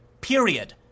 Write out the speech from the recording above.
period